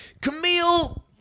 Camille